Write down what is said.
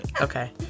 Okay